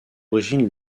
origine